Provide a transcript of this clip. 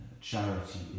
Charity